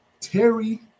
Terry